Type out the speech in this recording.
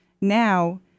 now